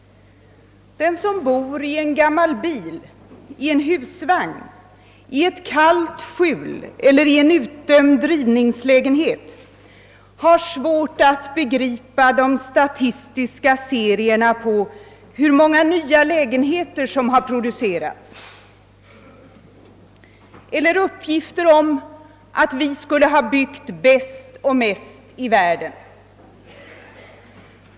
Den som bor i en gammal bil, i en husvagn, i ett kallt skjul eller i en utdömd rivningslägenhet har svårt att begripa de statistiska serierna om hur många nya lägenheter som har producerats eller uppgifterna om att vi skulle ha byggt bäst och mest i världen.